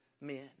men